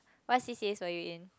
what she said so you in